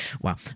Wow